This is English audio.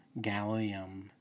Gallium